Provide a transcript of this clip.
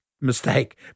mistake